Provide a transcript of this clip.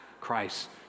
Christ